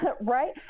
Right